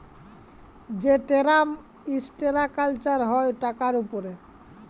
যে term structure হ্যয় টাকার উপরে